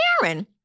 Karen